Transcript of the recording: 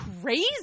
crazy